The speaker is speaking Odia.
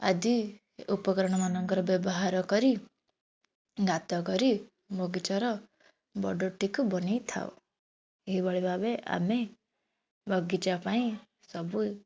ଆଦି ଉପକରଣମାନଙ୍କର ବ୍ୟବହାର କରି ଗାତ କରି ବଗିଚାର ବର୍ଡ଼ରଟିକୁ ବନେଇଥାଉ ଏହିଭଳି ଭାବେ ଆମେ ବଗିଚା ପାଇଁ ସବୁ